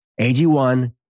AG1